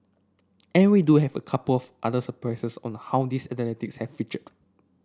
and we do have a couple of other surprises on how these athletes have featured